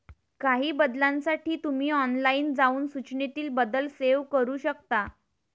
काही बदलांसाठी तुम्ही ऑनलाइन जाऊन सूचनेतील बदल सेव्ह करू शकता